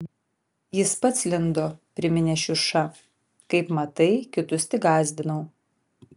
jis pats lindo priminė šiuša kaip matai kitus tik gąsdinau